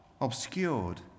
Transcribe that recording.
obscured